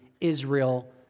Israel